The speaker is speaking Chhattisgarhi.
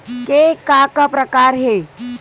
के का का प्रकार हे?